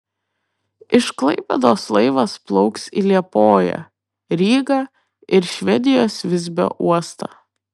iš klaipėdos laivas plauks į liepoją rygą ir švedijos visbio uostą